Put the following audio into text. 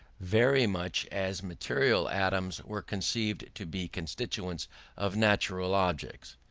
very much as material atoms were conceived to be constituents of natural objects.